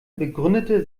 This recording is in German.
begründete